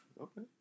Okay